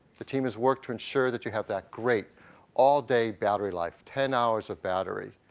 the team has worked to ensure that you have that great all day battery life, ten hours of battery.